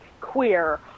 queer